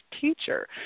teacher